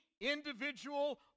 individual